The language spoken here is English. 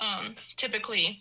typically